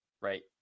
right